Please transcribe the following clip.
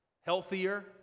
healthier